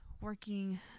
working